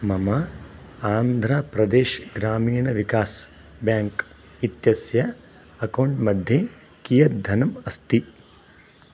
मम आन्ध्रप्रदेशः ग्रामीणविकासः ब्याङ्क् इत्यस्य अक्कौण्ट्मध्ये कियत् धनम् अस्ति